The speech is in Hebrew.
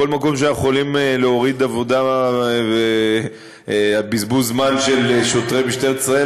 בכל מקום שאנחנו יכולים להוריד עבודה ובזבוז זמן של שוטרי משטרת ישראל,